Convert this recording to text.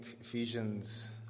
Ephesians